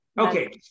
Okay